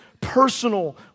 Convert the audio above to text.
personal